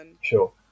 Sure